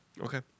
Okay